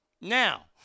Now